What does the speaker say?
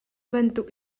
bantuk